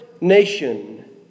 nation